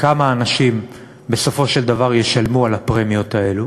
כמה האנשים בסופו של דבר ישלמו על הפרמיות האלה,